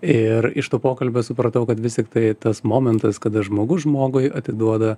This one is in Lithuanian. ir iš to pokalbio supratau kad vis tiktai tas momentas kada žmogus žmogui atiduoda